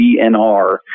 DNR